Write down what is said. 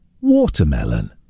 Watermelon